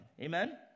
Amen